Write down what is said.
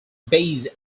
base